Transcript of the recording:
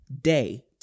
day